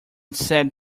sad